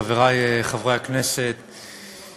חברי חברי הכנסת,